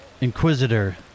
Inquisitor